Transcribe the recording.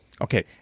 okay